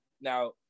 now